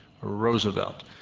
Roosevelt